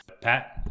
Pat